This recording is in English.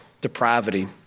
depravity